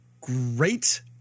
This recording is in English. great